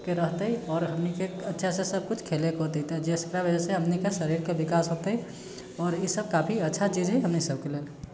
के रहतै आओर हमनीके अच्छासँ सभकुछ खेलैके होतै तऽ जकरा वजहसंँ हमनीके शरीरके विकास होतै आओर ई सभ काफी अच्छा चीज हय हमनी सभके लेल